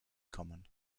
common